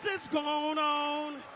it's gone on